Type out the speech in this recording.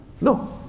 No